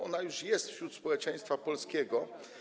Ona już jest wśród społeczeństwa polskiego.